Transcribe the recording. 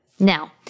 Now